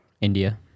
India